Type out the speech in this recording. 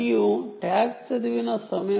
ఇది ట్యాగ్ చదివిన సమయం